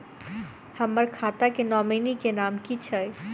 हम्मर खाता मे नॉमनी केँ नाम की छैय